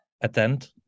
attend